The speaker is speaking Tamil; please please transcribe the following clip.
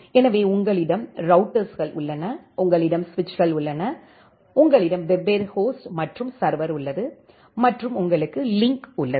எனவே உங்களிடம் ரௌட்டர்ஸ்கள் உள்ளன உங்களிடம் சுவிட்சுகள் உள்ளன உங்களிடம் வெவ்வேறு ஹோஸ்ட் மற்றும் சர்வர் உள்ளது மற்றும் உங்களுக்கு லிங்க் உள்ளது